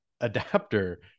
adapter